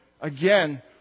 again